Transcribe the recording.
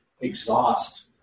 exhaust